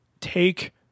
take